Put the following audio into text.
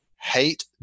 hate